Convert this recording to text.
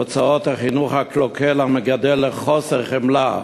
תוצאות החינוך הקלוקל המגדל לחוסר חמלה.